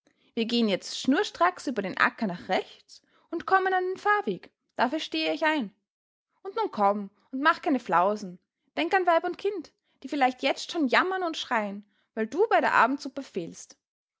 wir gehen jetzt schnurstracks über den acker nach rechts und kommen an den fahrweg dafür stehe ich ein und nun komm und mache keine flausen denk an weib und kind die vielleicht jetzt schon jammern und schreien weil du bei der abendsuppe fehlst